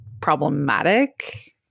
problematic